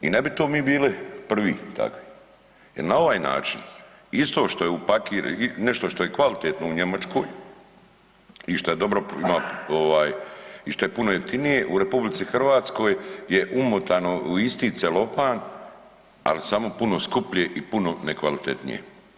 I ne bi tu mi bili prvi takvi, jer na ovaj način isto što je upakirano, nešto što je kvalitetno u Njemačkoj i šta dobro ima ovaj i šta je puno jeftinije u RH je umotano u isti celofan ali samo puno skuplje i puno nekvalitetnije.